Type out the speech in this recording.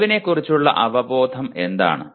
അറിവിനെക്കുറിച്ചുള്ള അവബോധം എന്താണ്